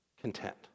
content